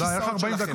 תודה רבה.